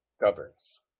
governs